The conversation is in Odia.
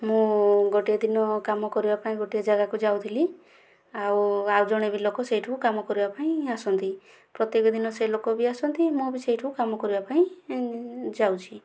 ମୁଁ ଗୋଟିଏ ଦିନ କାମ କରିବାକୁ ଗୋଟିଏ ଜାଗାକୁ ଯାଉଥିଲି ଆଉ ଆଉ ଜଣେ ବି ଲୋକ ସେଇଠୁ କାମ କରିବାପାଇଁ ଆସନ୍ତି ପ୍ରତ୍ୟକ ଦିନ ସେ ଲୋକ ବି ଆସନ୍ତି ମୁ ବି ସେଠାକୁ କାମ କରିବାପାଇଁ ଯାଉଛି